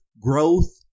growth